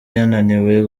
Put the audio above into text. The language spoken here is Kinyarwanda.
yananiwe